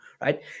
right